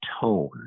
tone